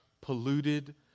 polluted